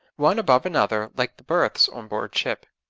one above another like the berths on board ship.